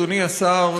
אדוני השר,